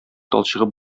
талчыгып